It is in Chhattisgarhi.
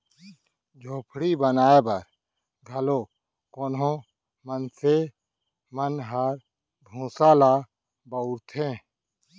झोपड़ी बनाए बर घलौ कोनो मनसे मन ह भूसा ल बउरथे